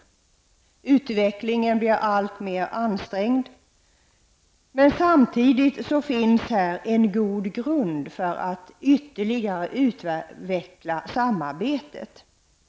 När det gäller utvecklingen där blir det alltmer ansträngt. Men samtidigt finns det en god grund för ett ytterligare utvecklat samarbete.